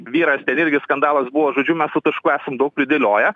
vyras irgi skandalas buvo žodžiu mes tų taškų esam daug pridėlioję